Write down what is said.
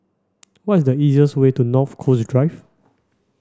what is the easiest way to North Coast Drive